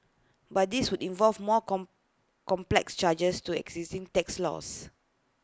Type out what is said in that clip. but this would involve more comb complex changes to existing tax laws